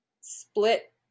split